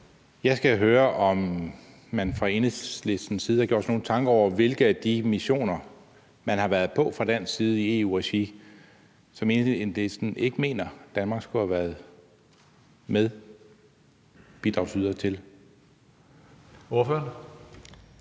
Jeg skal høre, om man fra Enhedslistens side har gjort sig nogle tanker om, hvilke af de missioner man har været på fra dansk side i EU-regi, Enhedslisten ikke mener Danmark skulle have været medbidragyder til. Kl.